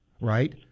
right